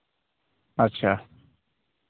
ᱟᱪᱪᱷᱟ